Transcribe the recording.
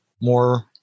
more